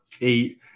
eight